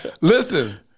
Listen